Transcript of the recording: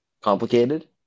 Complicated